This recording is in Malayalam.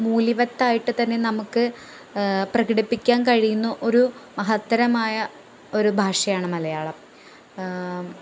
മൂല്യവത്തായിട്ട് തന്നെ നമുക്ക് പ്രകടിപ്പിക്കാൻ കഴിയുന്ന ഒരു മഹത്തരമായ ഒരു ഭാഷയാണ് മലയാളം